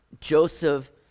Joseph